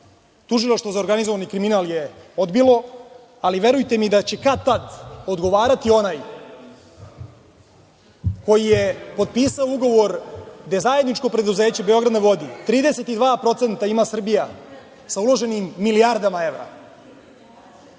tužilaštvo za organizovani kriminal je odbilo, ali, verujte mi, da će kad, tad odgovarati onaj koji je potpisao ugovor gde zajedničko preduzeće „Beograd na vodi“ 32% ima Srbija sa uloženim milijardama evra,